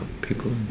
people